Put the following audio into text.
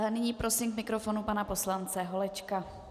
Nyní prosím k mikrofonu pana poslance Holečka.